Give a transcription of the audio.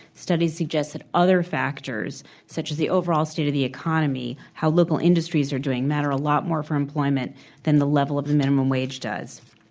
studies suggest that other factors, such as the overall state of the economy, how local industries are doing, matter a lot more for employment than the level of the minimum wage does.